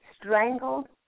strangled